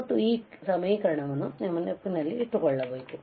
ಮತ್ತುಈ ಸಮೀಕರಣವನ್ನು ನೆನಪಿಟ್ಟುಕೊಳ್ಳಬೇಕು